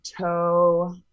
toe